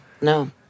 No